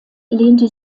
lehnte